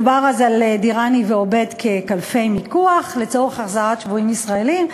דובר אז על דיראני ועובייד כקלפי מיקוח לצורך החזרת שבויים ישראלים,